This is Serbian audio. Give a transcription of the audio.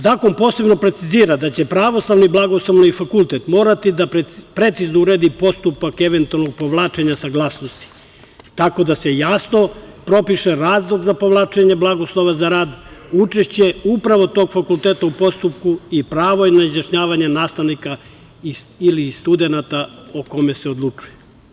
Zakon posebno precizira da će Pravoslavni bogoslovski fakultet morati da precizno uredi postupak eventualnog povlačenja saglasnosti, tako da se jasno propiše razlog za povlačenje blagoslova za rad, učešće upravo tog fakulteta u postupku i pravo na izjašnjavanje nastavnika ili studenata o kome se odlučuje.